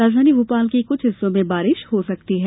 राजधानी भोपाल के कुछ हिस्सों में बारिश हो सकती है